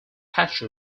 thatcher